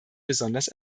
besonders